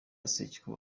sekikubo